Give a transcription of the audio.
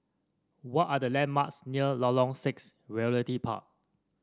what are the landmarks near Lorong Six Realty Park